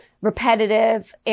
repetitive